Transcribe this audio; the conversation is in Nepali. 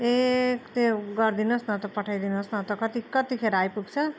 ए त्यो गरिदिनुहोस् न त पठाइदिनुहोस् न त कति कतिखेर आइपुग्छ